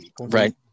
right